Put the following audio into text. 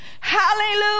Hallelujah